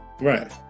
Right